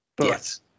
Yes